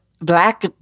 black